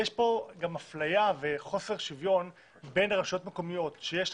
יש כאן גם אפליה וחוסר שוויון בין הרשויות המקומיות שיש להן